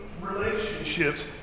relationships